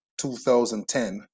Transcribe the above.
2010